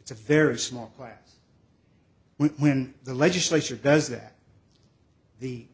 it's a very small class when the legislature does that the